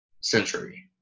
century